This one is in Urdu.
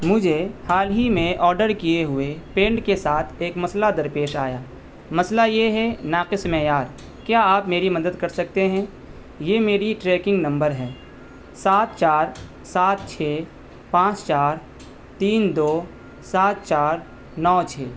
مجھے حال ہی میں آڈر کیے ہوئے پینٹ کے ساتھ ایک مسئلہ درپیش آیا مسئلہ یہ ہے ناقص معیار کیا آپ میری مدد کر سکتے ہیں یہ میری ٹریکنگ نمبر ہے سات چار سات چھ پانچ چار تین دو سات چار نو چھ